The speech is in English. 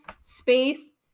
space